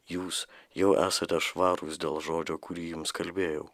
jūs jau esate švarūs dėl žodžio kurį jums kalbėjau